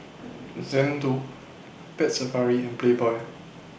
Xndo Pet Safari and Playboy